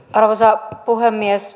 arvoisa puhemies